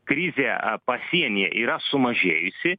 krizė pasienyje yra sumažėjusi